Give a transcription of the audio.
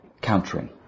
countering